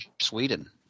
Sweden